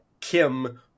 Kim